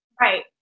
Right